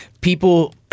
people